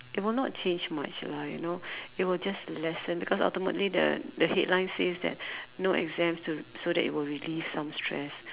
it will not change much lah you know it will just lessen because ultimately the the headline says that no exam so so that it will release some stress